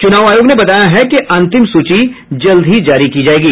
चुनाव आयोग ने बताया है कि अंतिम सूची जल्द ही जारी की जायेगी